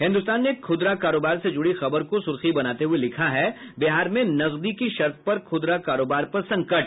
हिन्दुस्तान ने खुदरा कारोबार से जुड़ी खबर को सुर्खी बनाते हुए लिखा है बिहार में नकदी की शर्त पर खुदरा कारोबार पर संकट